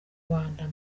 rwanda